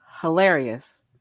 hilarious